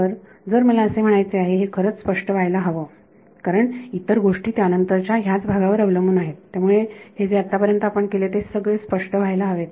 तर जर मला असे म्हणायचे आहे हे खरंच स्पष्ट व्हायला हवं कारण इतर गोष्टी त्यानंतरच्या ह्याच भागावर अवलंबून आहेत त्यामुळे हे जे आत्तापर्यंत आपण केले ते सर्व स्पष्ट व्हायला हव्यात